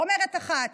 אומרת אחת: